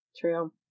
True